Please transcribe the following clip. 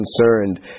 concerned